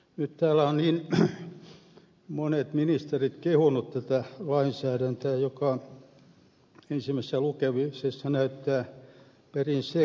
nyt täällä ovat monet ministerit kehuneet tätä lainsäädäntöä joka ensimmäisellä lukemisella näyttää perin sekavalta